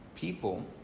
People